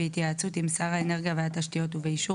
בהתייעצות עם שר האנרגיה והתשתיות ובאישור